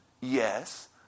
Yes